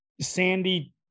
Sandy